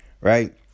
Right